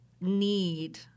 need